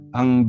ang